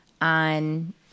on